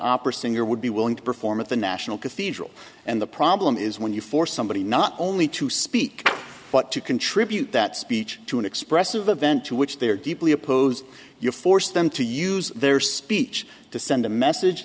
opera singer would be willing to perform at the national cathedral and the problem is when you force somebody not only to speak but to contribute that speech to an expressive event to which they are deeply opposed you force them to use their speech to send a message